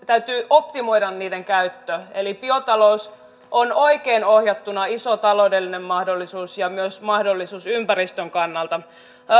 täytyy optimoida kaikkien metsävarojen käyttö ja biotalous on oikein ohjattuna iso taloudellinen mahdollisuus ja myös mahdollisuus ympäristön kannalta